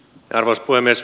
arvoisa puhemies